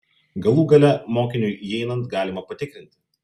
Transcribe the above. galų gale mokiniui įeinant galima patikrinti